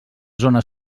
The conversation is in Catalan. zones